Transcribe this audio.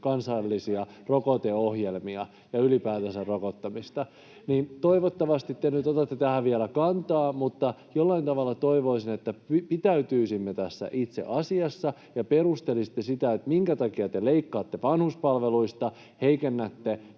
kansainvälisiä rokoteohjelmia ja ylipäänsä rokottamista. Toivottavasti te nyt otatte tähän vielä kantaa. Mutta jollain tavalla toivoisin, että pitäytyisimme tässä itse asiassa ja perustelisitte sitä, minkä takia te leikkaatte vanhuspalveluista, heikennätte